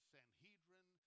Sanhedrin